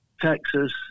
Texas